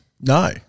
no